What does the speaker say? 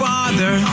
Father